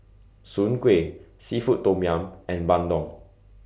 Soon Kway Seafood Tom Yum and Bandung